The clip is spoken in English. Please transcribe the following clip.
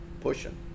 pushing